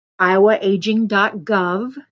IowaAging.gov